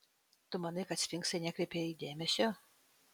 tu manai kad sfinksai nekreipia į jį dėmesio